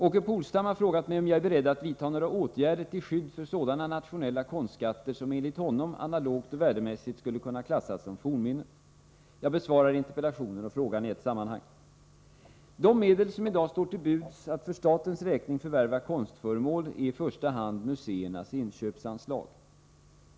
Åke Polstam har frågat mig om jag är beredd att vidta några åtgärder till skydd för sådana nationella konstskatter som enligt honom analogt och värdemässigt skulle kunna klassas som fornminnen. Jag besvarar interpellationen och frågan i ett sammanhang. De medel som i dag står till buds för att för statens räkning förvärva konstföremål är i första hand museernas inköpsanslag.